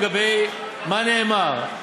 לגבי מה נאמר,